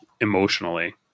emotionally